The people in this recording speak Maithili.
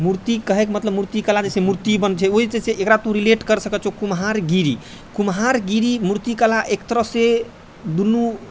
मूर्ति कहैके मतलब मूर्तिकला जैसे मूर्ति बनै छै ओ जे छै एकरा तू रिलेट कर सकै छौ कुम्हारगिरी कुम्हारगिरी मूर्तिकला एक तरहसेँ दुनू